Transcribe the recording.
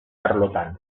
arlotan